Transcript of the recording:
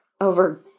over